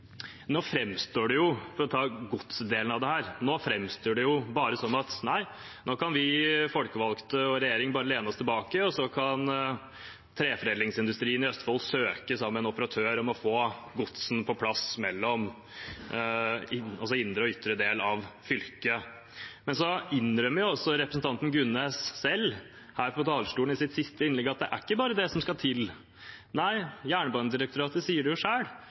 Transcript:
For å ta godsdelen av dette framstår det sånn at nå kan vi folkevalgte og regjeringen bare lene oss tilbake, og så kan treforedlingsindustrien i Østfold søke sammen med en operatør om å få godset på plass mellom indre og ytre del av fylket. Men så innrømmer også representanten Gunnes selv her på talerstolen i sitt siste innlegg at det er ikke bare det som skal til. Nei, Jernbanedirektoratet sier selv at det